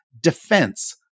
defense